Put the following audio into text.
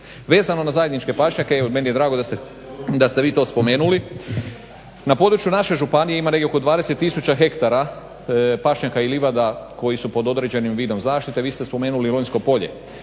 Vezano na zajedničke pašnjake, evo meni je drago da ste vi to spomenuli. Na području naše županije ima negdje oko 20 tisuća hektara pašnjaka i livada koji su pod određenim vidom zaštite, vi ste spomenuli Lonjsko polje,